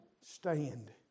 stand